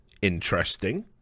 Interesting